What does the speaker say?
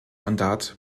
mandat